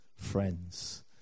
friends